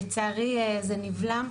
לצערי זה נבלע,